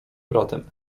bratem